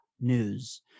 news